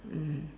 mm